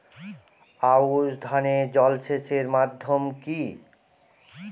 আউশ ধান এ জলসেচের মাধ্যম কি?